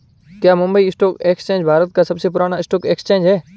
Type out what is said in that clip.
क्या Mumbai stock exchange Bharat का सबसे पुराना स्टॉक एक्सचेंज है?